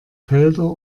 felder